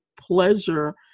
pleasure